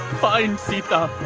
find sita!